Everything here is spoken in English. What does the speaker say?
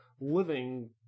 living